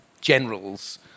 generals